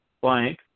blank